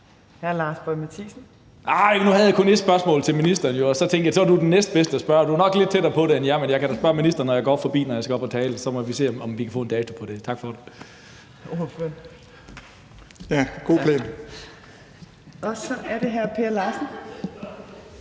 Lars Boje Mathiesen (NB): Nej, men nu havde jeg kun et spørgsmål til ministeren, og så tænkte jeg, at du er den næstbedste at spørge. Du er nok lidt tættere på det end jeg, men jeg kan da spørge ministeren, når jeg går forbi ham, når jeg skal op og tale fra talerstolen. Så må vi se, om vi kan få en dato på det. Tak for det. Kl. 12:42 Fjerde næstformand